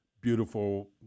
Beautiful